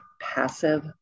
passive